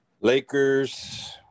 Lakers